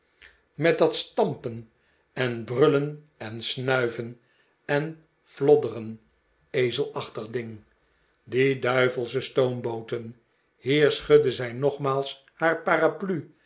met dat stampen en brullen en snuiven en flodde ren ezelachtig ding die duivelsche stoombooten hier schudde zij nogmaals haar paraplu